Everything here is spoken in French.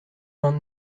vingt